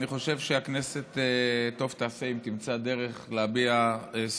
ואני חושב שטוב תעשה הכנסת אם תמצא דרך להביע סולידריות,